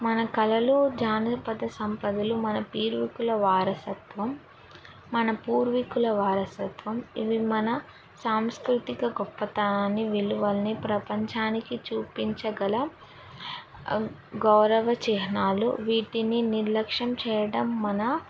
మన కళలు జానపద సంపదలు మన పూర్వికుల వారసత్వం మన పూర్వీకుల వారసత్వం ఇవి మన సాంస్కృతిక గొప్పతాన్ని విలువల్ని ప్రపంచానికి చూపించగల గౌరవ చిహ్నాలు వీటిని నిర్లక్ష్యం చేయడం మన